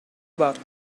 about